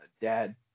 dad